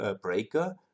breaker